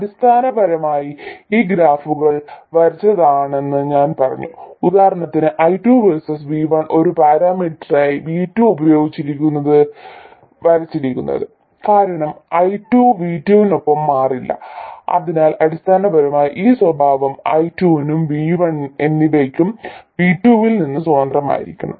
അടിസ്ഥാനപരമായി ഈ ഗ്രാഫുകൾ ah വരച്ചതാണെന്ന് ഞാൻ പറഞ്ഞു ഉദാഹരണത്തിന് I2 വേഴ്സസ് V1 ഒരു പാരാമീറ്ററായി V2 ഉപയോഗിച്ചാണ് വരച്ചിരിക്കുന്നത് കാരണം I2 V2 നൊപ്പം മാറില്ല അതിനാൽ അടിസ്ഥാനപരമായി ഈ സ്വഭാവം I2 നും V1 എന്നിവയ്ക്കും V2 ൽ നിന്ന് സ്വതന്ത്രമായിരിക്കണം